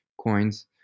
coins